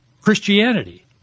Christianity